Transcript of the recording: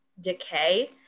decay